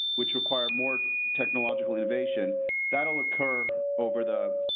which require more technological innovation that will occur over the.